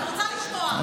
אני רוצה לשמוע,